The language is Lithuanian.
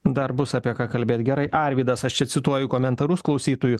dar bus apie ką kalbėt gerai arvydas aš čia cituoju komentarus klausytojų